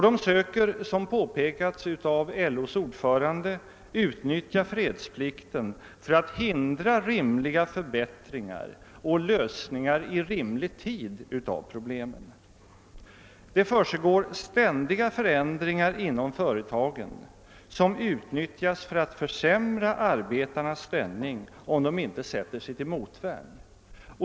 De söker — vilket påpekats av LO:s ordförande utnyttja fredsplikten för att hindra rimliga förbättringar och lösningar i rimlig tid av problemen. Det försiggår ständiga förändringar inom företagen som utnyttjas för att försämra arbetarnas ställning, om de inte sätter sig till motvärn.